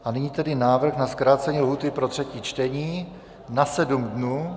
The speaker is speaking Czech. A nyní tedy návrh na zkrácení lhůty pro třetí čtení na sedm dnů.